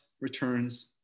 returns